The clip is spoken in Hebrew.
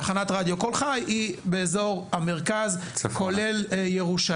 תחנת רדיו קול חי היא באזור המרכז, כולל ירושלים.